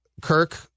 Kirk